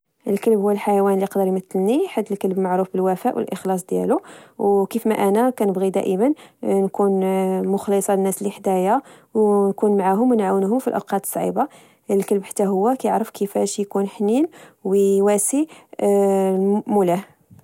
الكلب هو الحيوان إللي يقدر يمثلني، حيث الكلب معروف بالوفاء والإخلاص ديالو، و كيف ما أنا كنبغي دائما نكون مخلصة للناس لي حدايا و نكون معاهم و نعاونوهم في الأوقات الصعيبة الكلب حتى هو كيعرف كيفاش يكون حنين و يواسي مولاه